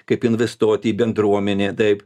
kaip investuoti į bendruomenę taip